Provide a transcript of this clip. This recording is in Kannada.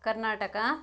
ಕರ್ನಾಟಕ